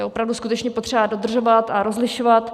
To je opravdu skutečně potřeba dodržovat a rozlišovat.